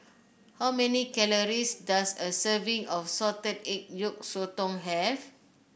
how many calories does a serving of Salted Egg Yolk Sotong have